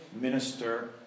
minister